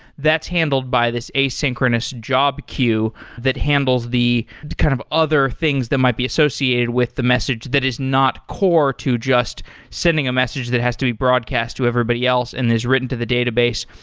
that's handled by this asynchronous job queue that handles the kind of other things that might be associated with the message that is not core to just sending a message that has to be broadcast to everybody else and is written to the database.